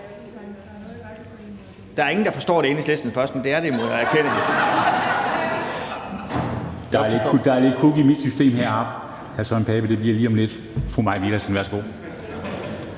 Der er ingen, der forstår, at det er Enhedslisten først, men det er det, må jeg erkende).